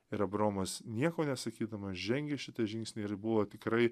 ir abraomas nieko nesakydamas žengė šitą žingsnį ir buvo tikrai